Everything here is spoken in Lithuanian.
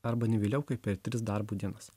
arba ne vėliau kaip per tris darbo dienas